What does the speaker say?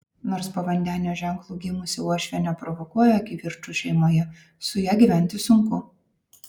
nors po vandenio ženklu gimusi uošvė neprovokuoja kivirčų šeimoje su ja gyventi sunku